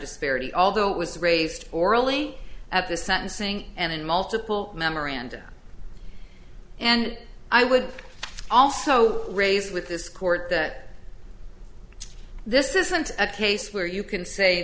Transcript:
disparity although it was raised orally at the sentencing and in multiple memoranda and i would also raise with this court that this isn't a case where you can say